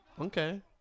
okay